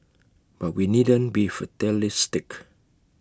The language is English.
but we needn't be fatalistic